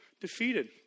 defeated